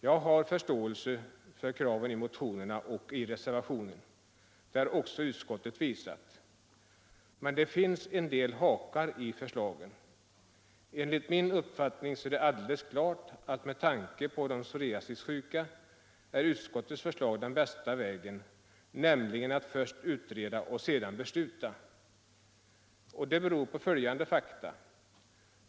Jag har förståelse för kraven i motionerna och i reservationen, och också utskottsmajoriteten i övrigt har givit uttryck för den inställningen. Men det finns en del hakar i förslagen. Enligt min uppfattning är det alldeles klart, att med tanke på de psoriasissjuka är utskottets förslag den bästa vägen, nämligen att först utreda och sedan besluta. Detta beror på följande fakta.